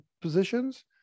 positions